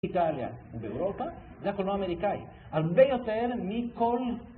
איטליה, ובאירופה זה הקולנוע האמריקאי. הרבה יותר מכל...